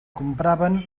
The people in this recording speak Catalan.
compràvem